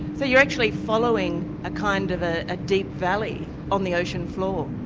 so you're actually following a kind of ah a deep valley on the ocean floor.